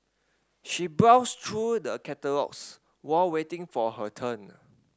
she browsed through the catalogues while waiting for her turn